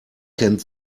kennt